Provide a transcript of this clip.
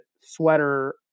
sweater